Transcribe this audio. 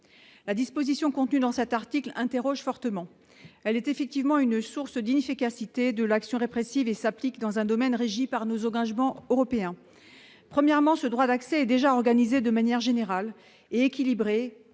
la dispositions contenues dans cet article, interroge fortement, elle est effectivement une source d'inefficacité de l'action répressive et s'applique dans un domaine régi par nos engagements européens, premièrement ce droit d'accès et déjà organisé de manière générale et équilibrée